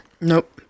Nope